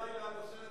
אדוני היושב-ראש,